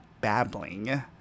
babbling